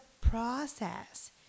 process